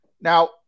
Now